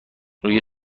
روی